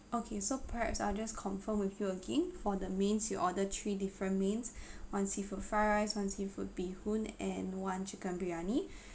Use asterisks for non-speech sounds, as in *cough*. okay so perhaps I'll just confirm with you again for the mains you order three different mains *breath* one seafood fried rice one seafood bee hoon and one chicken biryani